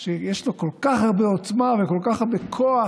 יש כל כך הרבה עוצמה וכל כך הרבה כוח,